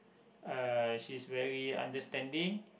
uh she's very understanding